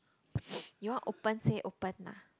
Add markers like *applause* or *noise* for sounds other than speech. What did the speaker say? *noise* you want open say open lah